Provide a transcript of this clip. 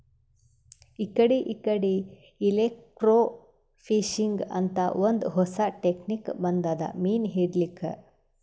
ಇಕಡಿ ಇಕಡಿ ಎಲೆಕ್ರ್ಟೋಫಿಶಿಂಗ್ ಅಂತ್ ಒಂದ್ ಹೊಸಾ ಟೆಕ್ನಿಕ್ ಬಂದದ್ ಮೀನ್ ಹಿಡ್ಲಿಕ್ಕ್